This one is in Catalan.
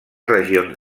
regions